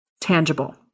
tangible